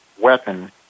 weapon